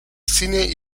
cine